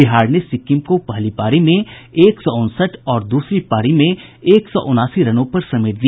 बिहार ने सिक्किम को पहली पारी में एक सौ उनसठ और दूसरी पारी में एक सौ उनासी रनों पर समेट दिया